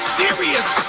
serious